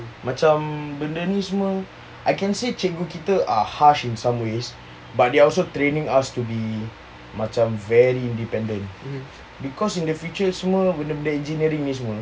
macam benda ni semua I can see cikgu kita are harsh in some ways but they are also training us to be macam very independent because in the future semua benda-benda engineering ni semua